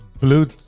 Blue